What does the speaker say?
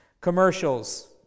Commercials